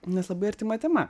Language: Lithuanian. nes labai artima tema